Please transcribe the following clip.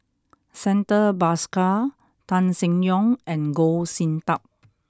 Santha Bhaskar Tan Seng Yong and Goh Sin Tub